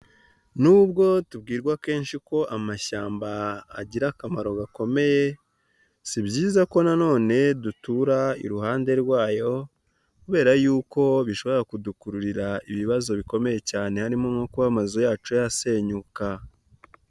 Nubwo tubwirwa kenshi ko amashyamba agira akamaro gakomeye, si byiza ko na none dutura iruhande rwayo kubera yuko bishobora kudukururira ibibazo bikomeye cyane harimo nko kuba amazu yacu yasenyuka.